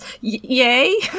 Yay